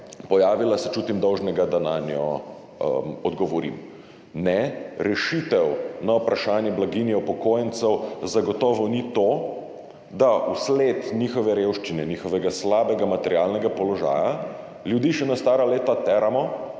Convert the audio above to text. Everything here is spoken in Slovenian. pojavila, se čutim dolžnega, da nanjo odgovorim. Ne, rešitev na vprašanje blaginje upokojencev zagotovo ni to, da vsled njihove revščine, njihovega slabega materialnega položaja ljudi še na stara leta termo,